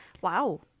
Wow